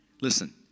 Listen